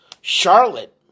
Charlotte